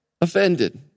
offended